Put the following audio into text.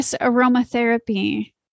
aromatherapy